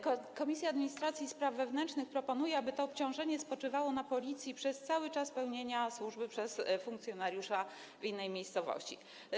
Komisja Administracji i Spraw Wewnętrznych proponuje, aby to obciążenie spoczywało na Policji przez cały czas pełnienia przez funkcjonariusza służby w innej miejscowości.